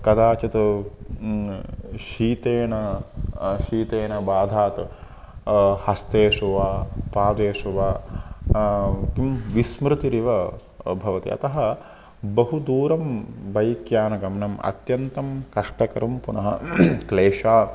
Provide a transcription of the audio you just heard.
कदाचित् शीतेन शीतेन बाधात् हस्तेषु वा पादेषु वा किं विस्मृतिरिव भवति अतः बहुदूरं बैक् यानगमनम् अत्यन्तं कष्टकरं पुनः क्लेशाः